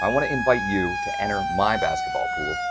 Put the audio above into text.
um want to invite you to enter my basketball pool.